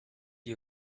you